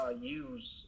use